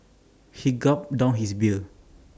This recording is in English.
he gulped down his beer